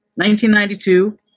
1992